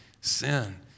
sin